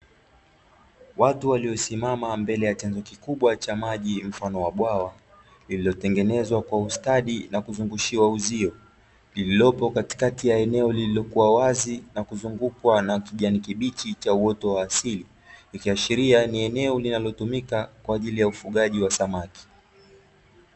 Watu waliosimama mbele ya chanzo kikubwa vha maji mfano wa bwawa lililotengenezwa kwa ustadi na kuzungushiwa uzio, lililopo katikati ya eneo lililokuwa wazi na kuzungukwa na kijani kibichi cha uoto wa asili ikiashiria ni eneo linalotumika kwa ajili ya ufugaji wa samaki.